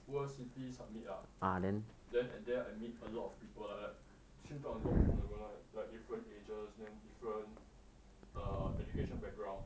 world city summit ah then and there I meet a lot of people lah 到很多朋友 like different majors then different err educational background